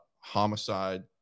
homicide